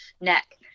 neck